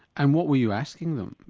and what were you asking them,